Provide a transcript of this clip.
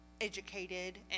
educated